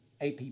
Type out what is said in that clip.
AP